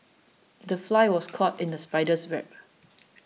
the fly was caught in the spider's web